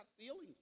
feelings